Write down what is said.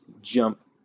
jump